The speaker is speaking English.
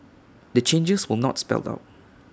the changes were not spelled out